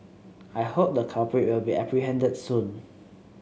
I hope the culprit will be apprehended soon